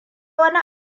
wani